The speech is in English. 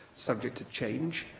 subject to change,